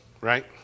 right